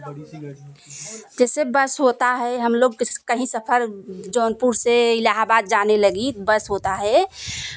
जैसे बस होता होता है हम लोग किस कहीं सफ़र जौनपुर से इलाहाबाद जाने लगी बस होता है